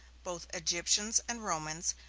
both egyptians and romans,